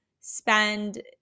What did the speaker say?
spend